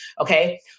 okay